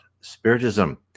spiritism